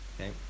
Okay